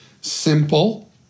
simple